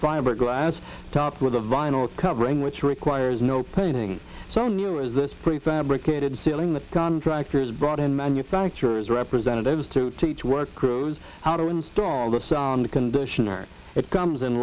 bribery glass topped with a vinyl covering which requires no painting so new is this prefabricated sealing the contractors brought in manufactures representatives to teach workers how to install the sound conditioner it comes in